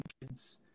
kids